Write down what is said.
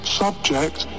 subject